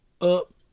up